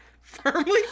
firmly